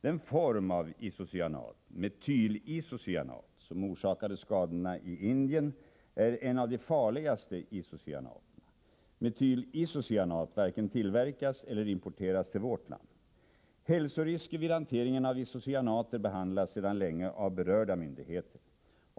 Den form av isocyanat, metylisocyanat, som orsakade skadorna i Indien är en av de farligaste isocyanaterna. Metylisocyanat varken tillverkas i eller importeras till vårt land. Hälsorisker vid hanteringen av isocyanater behandlas sedan länge av berörda myndigheter.